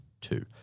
two